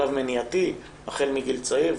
שלב מניעתי החל מגיל צעיר.